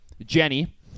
Jenny